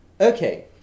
Okay